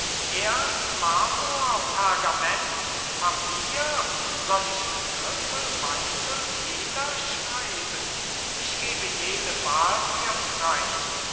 erz marmor pergament papier soll ich mit griffel meißel feder schreiben ich gebe jede wahl dir frey